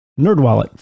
NerdWallet